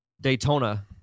daytona